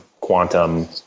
quantum